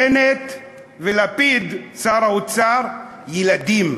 בנט ולפיד, שר האוצר, ילדים.